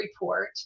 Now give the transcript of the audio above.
report